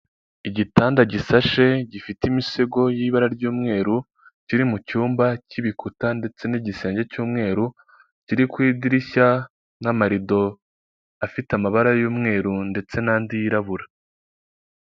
Inzu y'ubwisungane gusa hariho abakozi ba emutiyene n'abakiriya baje kugana ikigo cy'ubwisungane cyitwa buritamu, kiri mu nyubako isa n'iyubakishije amabati n'ibirahuri.